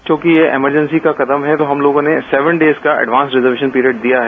च्रंकि ये इमरजेंसी का कदम है तो हम लोगों ने सेवन डेज का एडवांस रिजर्वेशन पीरियड दिया है